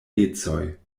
ecoj